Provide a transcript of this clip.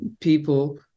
people